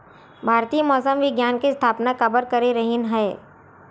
भारती मौसम विज्ञान के स्थापना काबर करे रहीन है?